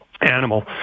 animal